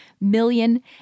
million